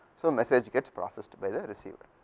so message gets processed by the receiver